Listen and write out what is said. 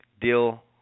Deal